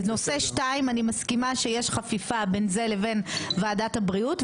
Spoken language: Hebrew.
בנושא 2 אני מסכימה שיש חפיפה בין זה לבין ועדת הבריאות,